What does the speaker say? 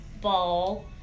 ball